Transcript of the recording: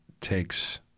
takes